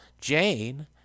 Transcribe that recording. Jane